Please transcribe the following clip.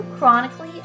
Chronically